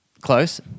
Close